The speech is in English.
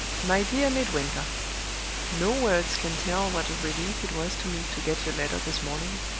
my dear midwinter no words can tell what a relief it was to me to get your letter this morning,